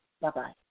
Bye-bye